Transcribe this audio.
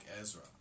Ezra